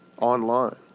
online